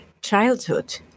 childhood